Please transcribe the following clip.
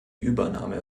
übernahme